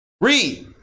read